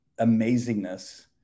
amazingness